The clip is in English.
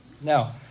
Now